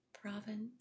province